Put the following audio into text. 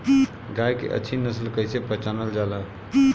गाय के अच्छी नस्ल कइसे पहचानल जाला?